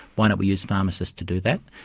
why don't we use pharmacists to do that?